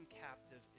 captive